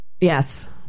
Yes